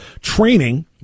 training